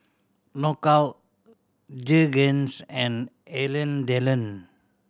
Knockout Jergens and Alain Delon